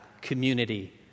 community